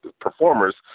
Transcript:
Performers